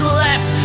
left